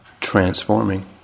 transforming